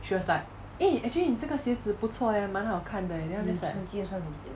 she was like eh actually 你这个鞋子不错也蛮好看的 leh then I was like